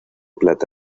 plata